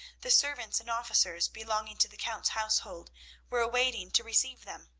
the servants and officers belonging to the count's household were waiting to receive them.